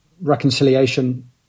reconciliation